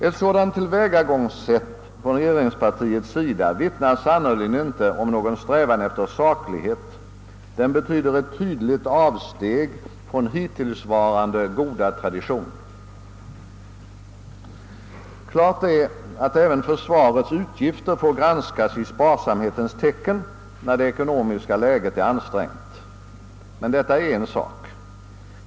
Ett sådant tillvägagångssätt från regeringspartiets sida vittnar sannerligen inte om någon strävan efter saklighet; det innebär ett tydligt avsteg från hittillsvarande goda traditioner. Klart är att även försvarets utgifter får prövas i sparsamhetens tecken, när det ekonomiska läget är ansträngt, men detta är en sak.